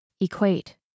Equate